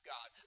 God